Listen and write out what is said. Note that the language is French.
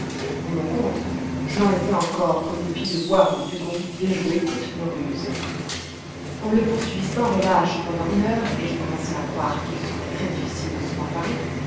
pour mon compte je n'en étais encore qu'au dépit de voir le dugong déjouer toutes nos ruses on le poursuivit sans relâche pendant une heure et je commençais à croire qu'il serait très difficile de s'en emparer